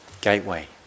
gateway